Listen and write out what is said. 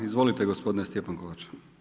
Izvolite gospodine Stjepan Kovač.